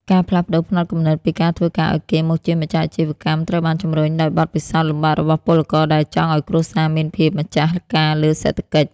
ការផ្លាស់ប្តូរផ្នត់គំនិតពី "ការធ្វើការឱ្យគេ" មកជា "ម្ចាស់អាជីវកម្ម" ត្រូវបានជម្រុញដោយបទពិសោធន៍លំបាករបស់ពលករដែលចង់ឱ្យគ្រួសារមានភាពម្ចាស់ការលើសេដ្ឋកិច្ច។